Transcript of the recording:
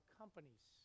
companies